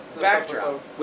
backdrop